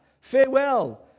Farewell